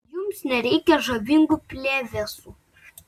jums nereikia žavingų plevėsų